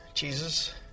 Jesus